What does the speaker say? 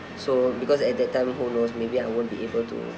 so because at that time who knows maybe I won't be able to